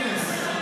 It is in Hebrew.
--- ד"ר מינס,